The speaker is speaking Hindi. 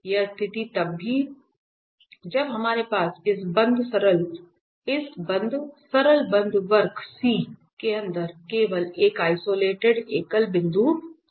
यह स्थिति तब थी जब हमारे पास इस बंद सरल बंद वक्र C के अंदर केवल एक आइसोलेटेड एकल बिंदु था